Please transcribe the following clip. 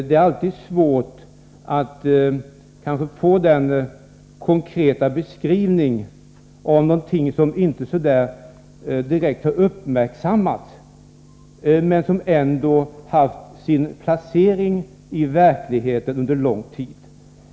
Det är alltid svårt att konkret beskriva någonting som inte så där direkt har uppmärksammats men som ändå har funnits i verkligheten under en lång tid.